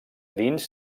dins